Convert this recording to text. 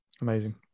amazing